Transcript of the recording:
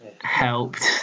helped